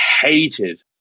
hated